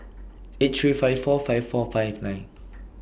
eight three five four five four five nine